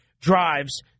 drives